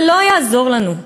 ולא יעזור לנו.